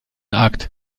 akt